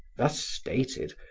thus stated,